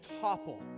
topple